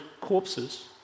corpses